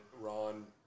Ron